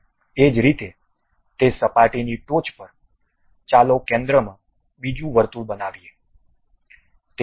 એ જ રીતે તે સપાટીની ટોચ પર ચાલો કેન્દ્રમાં બીજું વર્તુળ બનાવીએ